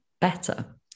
better